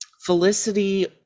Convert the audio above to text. Felicity